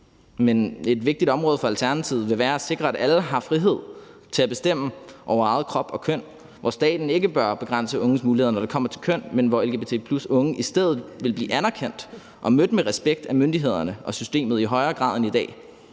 Men et vigtigt område for Alternativet vil være at sikre, at alle har frihed til at bestemme over egen krop og eget køn, hvor staten ikke bør begrænse unges muligheder, når det kommer til køn, men hvor lgbt+-unge i stedet vil blive anerkendt og mødt med respekt af myndighederne og systemet i højere grad end i dag.